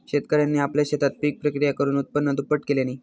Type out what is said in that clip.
शेतकऱ्यांनी आपल्या शेतात पिक प्रक्रिया करुन उत्पन्न दुप्पट केल्यांनी